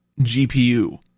GPU